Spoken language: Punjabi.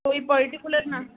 ਕੋਈ ਪਰਟੀਕੂਲਰ ਨਾ